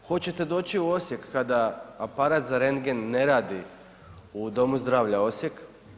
Hoćete doći u Osijek kada aparat za rendgen ne radi u Domu zdravlja Osijek?